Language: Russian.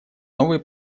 новые